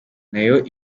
nayo